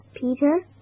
Peter